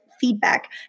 feedback